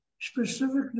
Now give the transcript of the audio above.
specifically